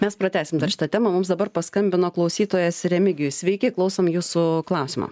mes pratęsim dar šitą temą mums dabar paskambino klausytojas remigijus sveiki klausom jūsų klausimo